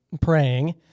praying